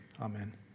Amen